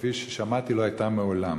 שכפי ששמעתי לא הייתה מעולם.